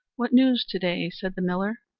what news to-day? said the miller.